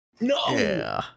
No